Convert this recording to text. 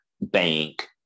bank